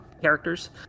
characters